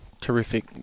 Terrific